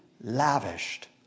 lavished